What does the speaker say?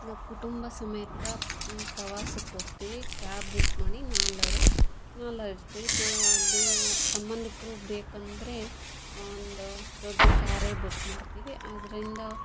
ನಾವು ಕುಟುಂಬ ಸಮೇತ ಪ್ರವಾಸಕ್ಕೆ ಹೋಗ್ತೀವಿ ಕ್ಯಾಬ್ ಬುಕ್ ಮಾಡಿ ನಾವೆಲ್ಲರು ಸಂಬಂಧಿಕರು ಬೇಕಂದರೆ ಒಂದು ದೊಡ್ಡ ಕಾರೇ ಬುಕ್ ಮಾಡ್ತೀವಿ ಆದ್ದರಿಂದ